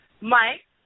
Mike